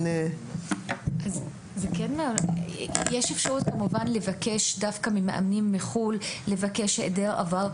יש אפשרות לבקש ממאמנים זרים היעדר עבר פלילי,